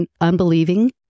unbelieving